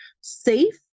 safe